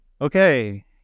Okay